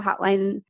hotline